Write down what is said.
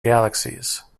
galaxies